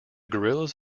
guerrillas